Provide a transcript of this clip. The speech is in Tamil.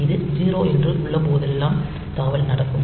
இது 0 என்று உள்ளபோதெல்லாம் தாவல் நடக்கும்